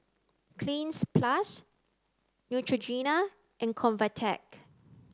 Cleanz plus Neutrogena and Convatec